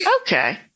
Okay